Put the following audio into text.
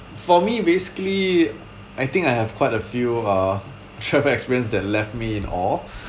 for me basically I think I have quite a few uh travel experience that left me in awe